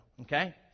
okay